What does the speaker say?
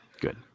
good